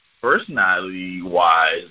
Personality-wise